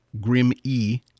Grim-E